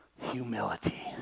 Humility